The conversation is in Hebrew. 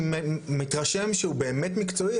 אני מתרשם שהוא באמת מקצועי,